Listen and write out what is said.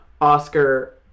Oscar